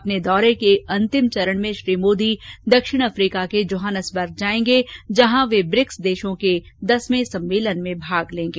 अपने दौरे के अंतिमचरण में श्री मोदी दक्षिण अफ्रीका के जोहान्सबर्ग जाएंगे जहां वे ब्रिक्स देशों केदसवें सम्मेलन में भाग लेंगे